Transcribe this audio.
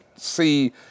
see